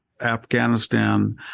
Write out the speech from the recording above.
Afghanistan